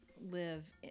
live